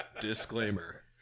disclaimer